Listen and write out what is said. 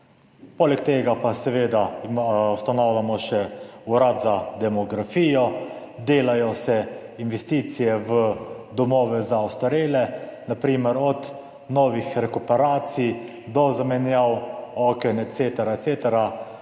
Poleg tega pa seveda ustanavljamo še Urad za demografijo, delajo se investicije v domove za ostarele, na primer od novih rekuperacij do zamenjav oken, ecetera